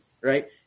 right